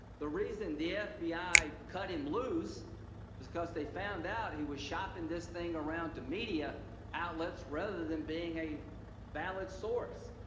the reason the f b i. cut him loose because they found out he was shopping this thing around to media outlets rather than being a valid source.